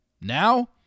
Now